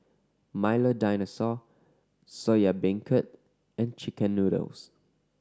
Milo Dinosaur Soya Beancurd and chicken noodles